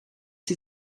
die